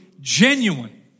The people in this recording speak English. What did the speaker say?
genuine